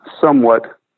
somewhat